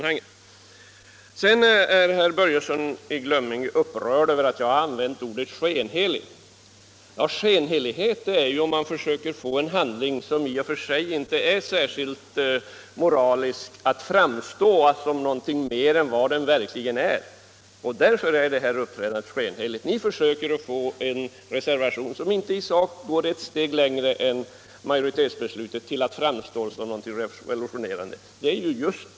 Herr Börjesson i Glömminge är upprörd över att jag använde ordet skenhelighet. Skenheligt är det ju när man försöker få en handling som inte är särskilt moralisk att framstå som bättre än den verkligen är. Därför är det här uppträdandet skenheligt. Ni försöker få en reservation som i sak inte går ett enda steg längre än majoritetsbeslutet att framstå som någonting revolutionerande.